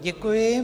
Děkuji.